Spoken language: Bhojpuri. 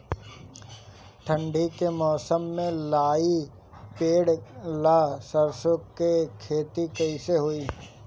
ठंडी के मौसम में लाई पड़े ला सरसो के खेती कइसे होई?